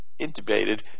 intubated